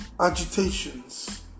agitations